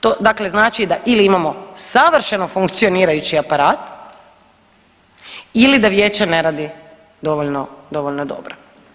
To dakle znači da ili imamo savršeno funkcionirajući aparat ili da vijeće ne radi dovoljno, dovoljno dobro.